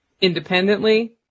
independently